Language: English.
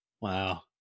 Wow